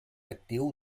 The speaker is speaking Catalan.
actiu